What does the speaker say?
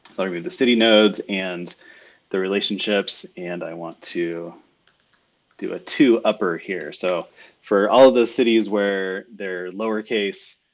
i read the city nodes and the relationships. and i want to go ah to upper here. so for all of those cities where they're lower case,